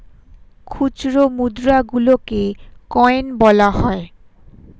খুচরো মুদ্রা গুলোকে কয়েন বলা হয়